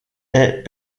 est